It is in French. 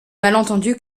malentendu